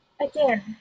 Again